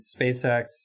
SpaceX